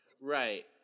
Right